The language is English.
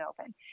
open